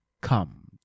Come